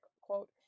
quote